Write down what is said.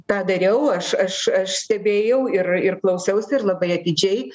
tą dariau aš aš aš stebėjau ir ir klausiausi ir labai atidžiai